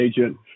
agent